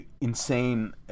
insane